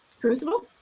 Crucible